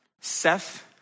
Seth